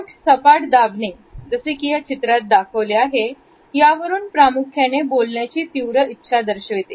ओठ सपाट दाबणे जसे की या चित्रात दाखवले आहे यावरून प्रामुख्याने बोलण्याची तीव्र इच्छा दर्शविते